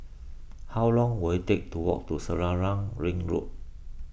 how long will it take to walk to Selarang Ring Road